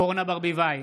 אורנה ברביבאי,